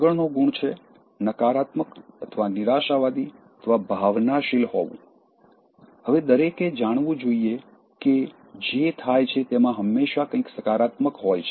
આગળનો ગુણ છે નકારાત્મક નિરાશાવાદી ભાવનાશીલ હોવું હવે દરેકે જાણવું જોઈએ કે જે થાય છે તેમાં હંમેશા કંઈક સકારાત્મક હોય છે